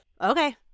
Okay